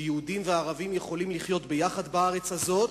שיהודים וערבים יכולים לחיות ביחד בארץ הזאת,